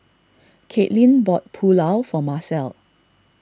Katelin bought Pulao for Macel